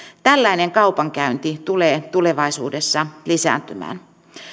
tällainen kaupankäynti tulee tulevaisuudessa lisääntymään